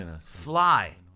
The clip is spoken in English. fly